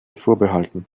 vorbehalten